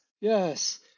yes